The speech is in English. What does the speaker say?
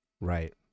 Right